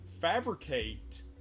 fabricate